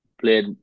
played